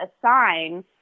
assign